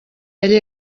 ella